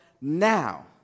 now